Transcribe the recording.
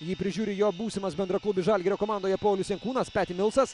jį prižiūri jo būsimas bendraklubis žalgirio komandoje paulius jankūnas peti milsas